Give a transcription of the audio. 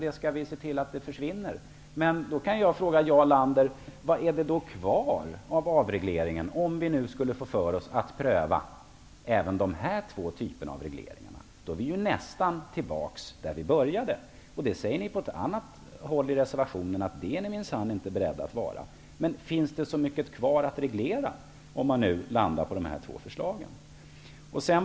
Vi skall se till att de försvinner, men jag frågar Jarl Lander: Vad finns kvar av avregleringen, om vi nu skulle få för oss att pröva även dessa två regleringar? Då är vi ju nästan tillbaka där vi började. I reservationen skriver ni att ni minsann inte är beredda till det. Finns det så mycket kvar att reglera, om de här två förslagen går igenom?